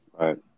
right